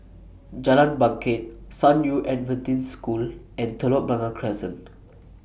Jalan Bangket San Yu Adventist School and Telok Blangah Crescent